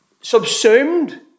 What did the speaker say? subsumed